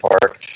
Park